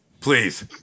please